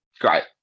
great